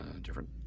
Different